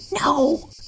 No